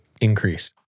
increase